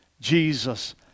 Jesus